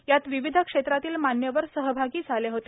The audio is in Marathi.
यात विविध क्षेत्रातील मान्यवर सहभागी झाले होते